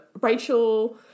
Rachel